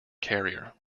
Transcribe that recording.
carrier